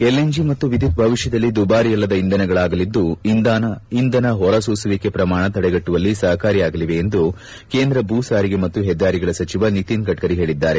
LNG ಮತ್ತು ವಿದ್ನುತ್ ಭವಿಷ್ಣದಲ್ಲಿ ದುಬಾರಿಯಲ್ಲದ ಇಂಧನಗಳಾಗಲಿದ್ದು ಇಂಗಾಲ ಹೊರಸೂಸುವಿಕೆ ಪ್ರಮಾಣ ತಡೆಗಟ್ಟುವಲ್ಲಿ ಸಹಕಾರಿಯಾಗಲಿವೆ ಎಂದು ಕೇಂದ್ರ ಭೂ ಸಾರಿಗೆ ಮತ್ತು ಹೆದ್ದಾರಿಗಳ ಸಚಿವ ನಿತಿನ್ ಗಢ್ಕರಿ ಹೇಳಿದ್ದಾರೆ